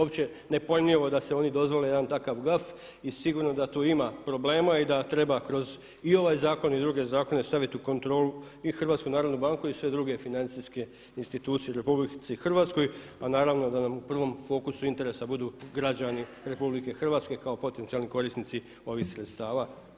Opće nepojmljivo da si oni dozvole takav jedan gaf i sigurno da tu ima problema i da treba kroz i ovaj zakon i druge zakone staviti u kontrolu i HNB i sve druge financijske institucije u RH, a naravno da nam u prvom fokusu interesa budu građani RH kao potencijalni korisnici ovih sredstava.